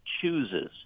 chooses